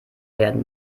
werden